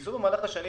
גייסו במהלך השנים